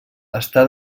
està